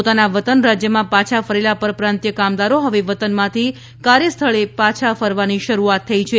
પોતાના વતન રાજ્યમાં પાછા ફરેલા પરપ્રાંતિય કામદારો હવે વતનમાંથી કાર્યસ્થળે પાછા ફરવાની શરૂઆત થઈ છે